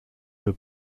peut